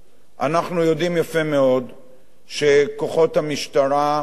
אנחנו יודעים יפה מאוד שכוחות המשטרה בכל